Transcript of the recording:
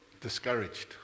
Discouraged